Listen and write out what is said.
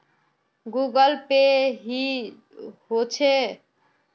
Google pay की होचे?